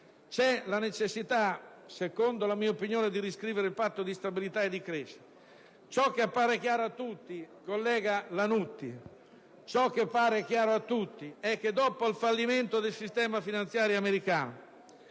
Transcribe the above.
C'è la necessità, secondo la mia opinione, di riscrivere il Patto di stabilità e di crescita. Ciò che appare chiaro a tutti, collega Lannutti, è che dopo il fallimento del sistema finanziario americano,